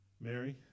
Mary